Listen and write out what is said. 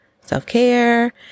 self-care